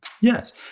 Yes